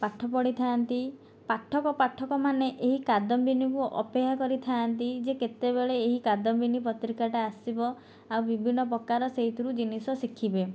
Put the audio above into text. ପାଠ ପଢ଼ିଥାନ୍ତି ପାଠକ ପାଠକମାନେ ଏହି କାଦମ୍ବିନୀକୁ ଅପେକ୍ଷା କରିଥାନ୍ତି ଯେ କେତେବେଳେ ଏହି କାଦମ୍ବିନୀ ପତ୍ରିକାଟା ଆସିବ ଆଉ ବିଭିନ୍ନ ପ୍ରକାର ସେଇଥିରୁ ଜିନିଷ ଶିଖିବେ